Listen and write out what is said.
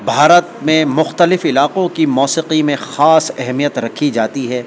بھارت میں مختلف علاقوں کی موسیقی میں خاص اہمیت رکھی جاتی ہے